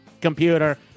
computer